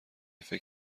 فکر